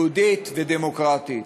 יהודית ודמוקרטית.